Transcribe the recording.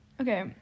Okay